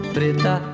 Preta